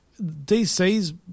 DC's